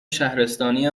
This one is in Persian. شهرستانی